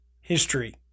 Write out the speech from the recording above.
history